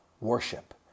worship